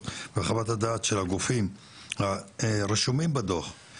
גם לחברי יאסר גדבאן שעושה רבות למען היישוב שלו ובכלל למען